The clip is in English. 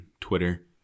Twitter